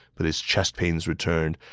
but his chest pains returned,